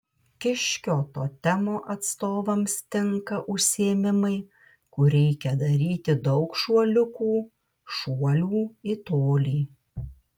kiškio totemo atstovams tinka užsiėmimai kur reikia daryti daug šuoliukų šuolių į tolį